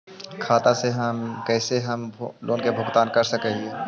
खाता से कैसे हम लोन के भुगतान कर सक हिय?